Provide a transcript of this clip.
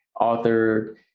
authored